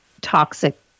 toxic